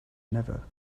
never